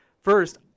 first